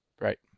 right